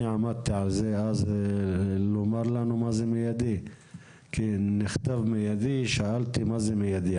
אני עמדתי על זה אז שיאמרו לנו מה זה מיידי ושאלתי מה זה מיידי,